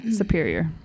superior